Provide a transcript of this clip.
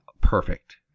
perfect